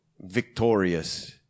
victorious